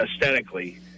aesthetically